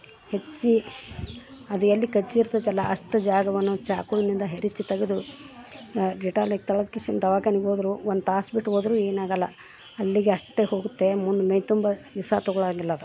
ಹೆಚ್ಚು ಅದು ಎಲ್ಲಿ ಕಚ್ಚಿರ್ತದಲ ಅಷ್ಟು ಜಾಗವನ್ನು ಚಾಕುವಿನಿಂದ ಹೆರಚಿ ತೆಗೆದು ಡೆಟೋಲ್ಹಾಕಿ ತೊಳ್ದು ಕಿಸಿಯಿಂದ ದವಾಖಾನಿಗ್ ಹೋದ್ರು ಒಂದು ತಾಸು ಬಿಟ್ಟು ಹೋದ್ರು ಏನಾಗಲ್ಲ ಅಲ್ಲಿಗೆ ಅಷ್ಟೇ ಹೋಗುತ್ತೆ ಮುಂದೆ ಮೈತುಂಬ ವಿಷ ತಗೋಳಂಗಿಲ್ಲದು